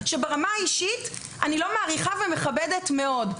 שברמה האישית אני לא מעריכה ומכבדת אותו מאוד.